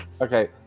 Okay